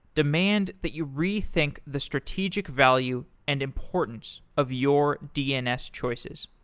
demand that you rethink the strategic value and importance of your dns choices.